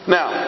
Now